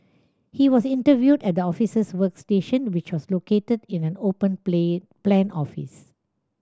he was interviewed at the officers workstation which was located in an open play plan office